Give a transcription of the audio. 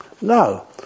No